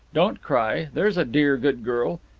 don't cry, there's a dear, good girl.